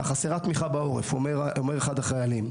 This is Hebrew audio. חסרה תמיכה בעורף, אומר אחד החיילים.